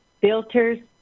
filters